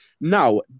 now